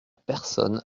personne